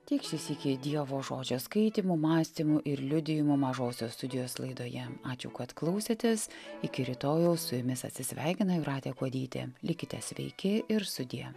tiek šį sykį dievo žodžio skaitymų mąstymų ir liudijimų mažosios studijos laidoje ačiū kad klausėtės iki rytojaus su jumis atsisveikina jūratė kuodytė likite sveiki ir sudie